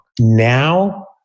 Now